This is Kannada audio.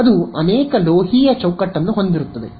ಅದು ಅನೇಕ ಲೋಹೀಯ ಚೌಕಟ್ಟನ್ನು ಹೊಂದಿರುತ್ತದೆ